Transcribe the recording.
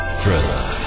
Thriller